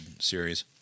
series